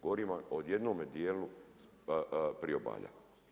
Govorim vam o jednome dijelu priobalja.